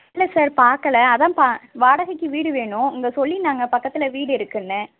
இல்லை சார் பார்க்கல அதுதான் பா வாடகைக்கு வீடு வேணும் இங்கே சொல்லியிருந்தாங்க பக்கத்தில் வீடு இருக்குதுன்னு